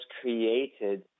created